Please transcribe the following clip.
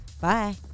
bye